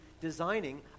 designing